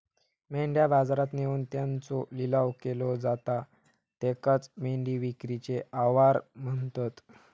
मेंढ्या बाजारात नेऊन त्यांचो लिलाव केलो जाता त्येकाचं मेंढी विक्रीचे आवार म्हणतत